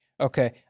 Okay